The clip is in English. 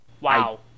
Wow